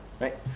right